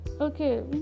okay